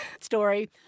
story